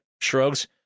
shrugs